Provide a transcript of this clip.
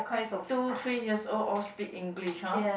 two three years old all speak English [huh]